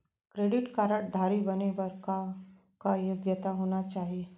Credit card धारी बने बर का का योग्यता होना चाही?